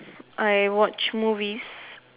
I watch movies